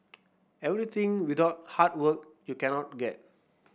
everything without hard work you cannot get